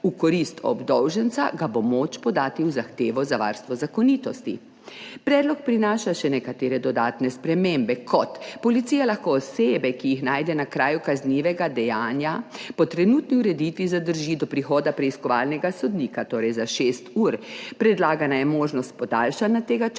V korist obdolženca ga bo moč podati v zahtevo za varstvo zakonitosti. Predlog prinaša še nekatere dodatne spremembe, kot so: policija lahko osebe, ki jih najde na kraju kaznivega dejanja, po trenutni ureditvi zadrži do prihoda preiskovalnega sodnika, torej za šest ur, predlagana je možnost podaljšanja tega časa